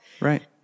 Right